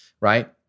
Right